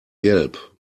gelb